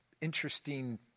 interesting